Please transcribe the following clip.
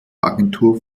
agentur